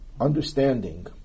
understanding